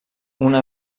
una